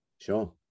sure